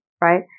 right